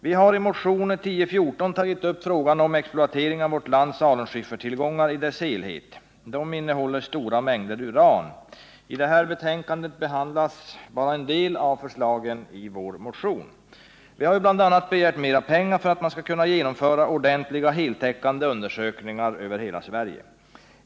Vi har i motionen 1014 tagit upp frågan om exploatering av vårt lands alunskiffertillgångar i deras helhet. De innehåller stora mängder uran. I detta betänkande behandlas endast en del av förslagen i vår motion. Vi har bl.a. begärt mer pengar för att man skall kunna genomföra ordentliga heltäckande undersökningar över hela Sverige.